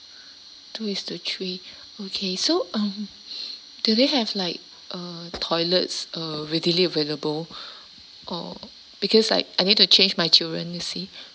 two is to three okay so um do they have like uh toilets uh readily available uh because I I need to change my children you see